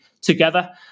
together